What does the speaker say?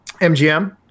MGM